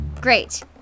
great